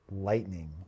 lightning